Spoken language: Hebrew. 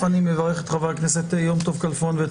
אני מברך את חה"כ יום טוב כלפון ואת